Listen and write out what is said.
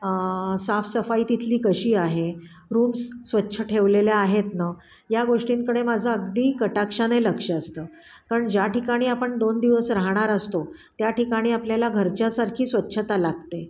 साफसफाई तिथली कशी आहे रूम्स स्वच्छ ठेवलेल्या आहेत न या गोष्टींकडे माझं अगदी कटाक्षाने लक्ष असतं कारण ज्या ठिकाणी आपण दोन दिवस राहणार असतो त्या ठिकाणी आपल्याला घरच्यासारखी स्वच्छता लागते